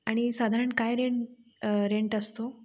आणि साधारण काय रेंट रेंट असतो